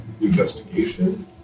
Investigation